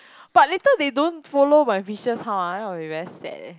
but later they don't follow my vicious how ah then I'll be very sad eh